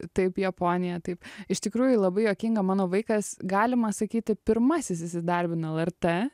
taip japonija taip iš tikrųjų labai juokinga mano vaikas galima sakyti pirmasis įsidarbino lrt